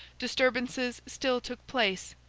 disturbances still took place,